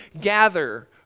gather